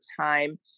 time